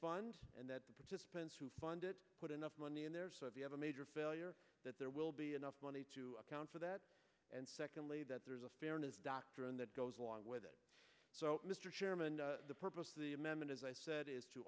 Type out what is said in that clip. fund and that participants who fund it put enough money in there so if you have a major failure that there will be enough money to account for that and secondly that there's a fairness doctrine that goes along with it so mr chairman the purpose of the amendment as i said is to